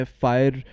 fire